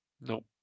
Nope